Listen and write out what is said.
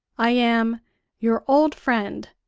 i am your old friend,